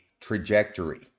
trajectory